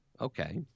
Okay